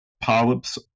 polyps